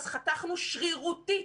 אז חתכנו שרירותית.